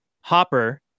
hopper